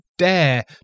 dare